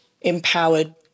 empowered